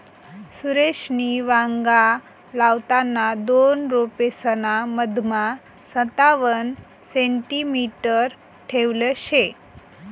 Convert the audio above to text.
सुरेशनी वांगा लावताना दोन रोपेसना मधमा संतावण सेंटीमीटर ठेयल शे